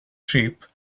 sheep